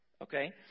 Okay